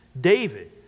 David